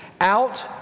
out